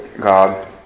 God